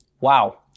Wow